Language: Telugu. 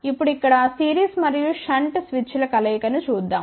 ఇప్పుడు ఇక్కడ సిరీస్ మరియు షంట్ స్విచ్ల కలయికను చూద్దాం